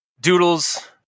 doodles